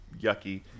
yucky